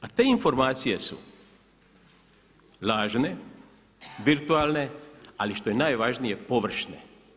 A te informacije su lažne, virtualne ali što je najvažnije površne.